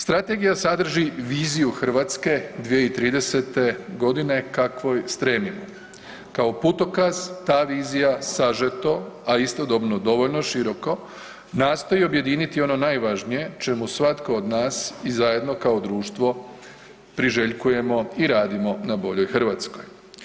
Strategija sadrži viziju Hrvatske 2030. g. kako stremimo kao putokaz vizija sažeto a istodobno dovoljno široko nastoji objediniti ono najvažnije čemu svatko od nas i zajedno kao društvo priželjkujemo i radimo na boljoj Hrvatskoj.